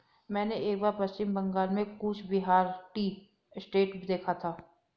मैंने एक बार पश्चिम बंगाल में कूच बिहार टी एस्टेट देखा था